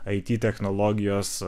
it technologijos